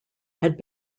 had